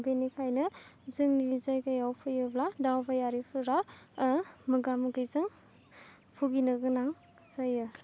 बिनिखायनो जोंनि जायगायाव फैयोब्ला दावबायारिफोरा मोगा मोगिजों भुगिनो गोनां जायो